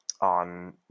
on